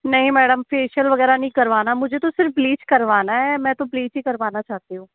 नहीं madam facial वगैरह नहीं करवाना मुझे तो सिर्फ ब्लीच करवाना है मैं तो ब्लीच ही करवाना चाहती हूँ